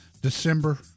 December